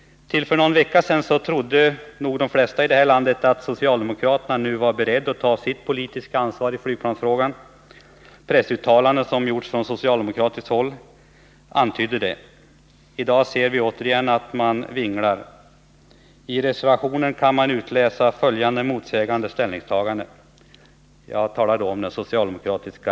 Till för någon vecka sedan trodde nog de flesta i vårt land att socialdemokraterna nu vara beredda att ta sitt politiska ansvar i flygplansfrågan. Pressuttalanden från socialdemokratiskt håll tydde på det. I dag ser vi hur man återigen vinglar. Av den socialdemokratiska reservationen på denna punkt kan man utläsa följande motsägande ställningstaganden: 1.